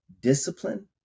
discipline